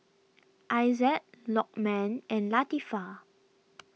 Aizat Lokman and Latifa